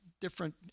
different